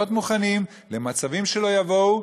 להיות מוכנים למצבים שלא יבואו,